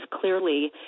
clearly